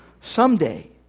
someday